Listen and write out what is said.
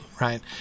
right